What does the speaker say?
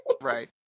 Right